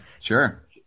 sure